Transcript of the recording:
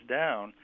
down